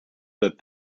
that